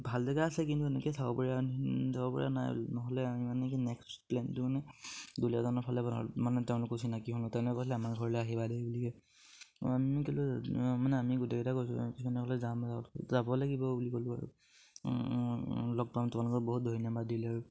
ভাল জেগা আছে কিন্তু এনেকে চাব পাৰে চাব পৰা নাই নহ'লে আমি মানে কি নেক্সট প্লেনটো মানে দুলীয়াজানৰ ফালে বনাব আমাৰ ঘৰলে আহিবা দেই বুলিয়ে আমি কিন্তু মানে আমি গোটেইকেইটা যাব লাগিব বুলি ক'লোঁ আৰু তেওঁলোকে বহুত ধন্যবাদ দিলে আৰু